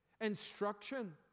Instruction